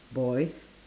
boys